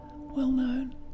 well-known